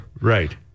Right